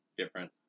different